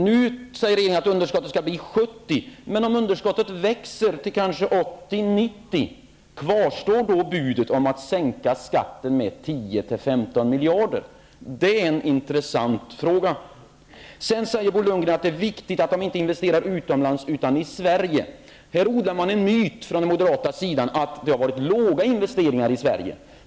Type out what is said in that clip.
Nu säger ni att underskottet skall bli 70 miljarder, men om underskottet växer till kanske 80--90 miljarder, kvarstår då budet om att sänka skatten med 10--15 miljarder? Det är en intressant fråga. Sedan säger Bo Lundgren att det är viktigt att man inte investerar utomlands utan i Sverige. Här odlar man från moderat sida en myt att investeringarna i Sverige har varit låga.